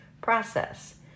process